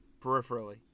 peripherally